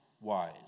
wise